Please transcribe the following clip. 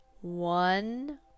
one